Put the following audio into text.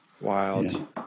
Wild